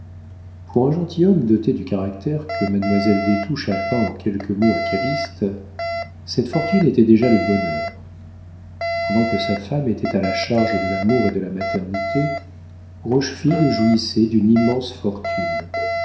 pour un gentilhomme doté du caractère que mademoiselle des touches a peint en quelques mots à calyste cette fortune était déjà le bonheur pendant que sa femme était à la charge de l'amour et de la maternité rochefide jouissait d'une immense fortune